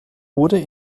wurde